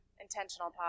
Intentional